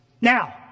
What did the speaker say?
Now